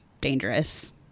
dangerous